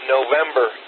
November